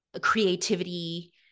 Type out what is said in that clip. creativity